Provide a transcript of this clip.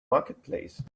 marketplace